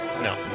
no